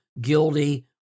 guilty